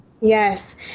Yes